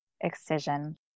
excision